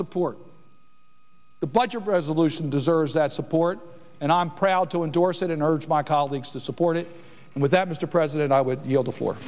support the budget resolution deserves that support and i'm proud to endorse it and urge my colleagues to support it and with that mr president i would